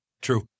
True